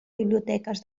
biblioteques